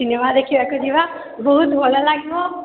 cinema ଦେଖିବାକୁ ଯିବା ବହୁତ ଭଲ ଲାଗିବ